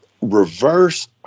reverse